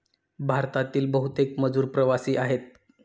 भारतातील बहुतेक मजूर प्रवासी आहेत